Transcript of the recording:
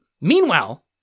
Meanwhile